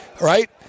right